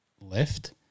left